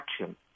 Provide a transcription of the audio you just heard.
action